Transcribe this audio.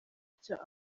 icyo